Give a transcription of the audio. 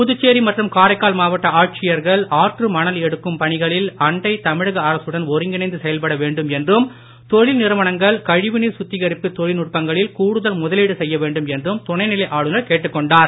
புதுச்சேரி மற்றும் காரைக்கால் மாவட்ட ஆட்சியர்கள் ஆற்றுமணல் எடுக்கும் பணிகளில் அண்டை தமிழக அரசுடன் ஒருங்கிணைந்து செயல்பட வேண்டும் என்றும் தொழில்நிறுவனங்கள் கழிவுநீர் சுத்திகரிப்பு தொழில்நுட்பங்களில் கூடுதல் முதலீடு செய்யவேண்டும் என்றும் துணைநிலை ஆளுனர் கேட்டுக்கொண்டார்